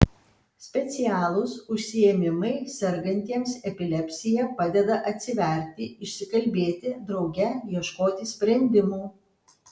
specialūs užsiėmimai sergantiems epilepsija padeda atsiverti išsikalbėti drauge ieškoti sprendimų